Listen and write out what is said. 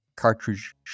cartridge